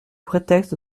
prétexte